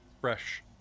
Fresh